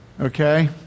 Okay